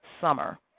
summer